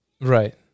right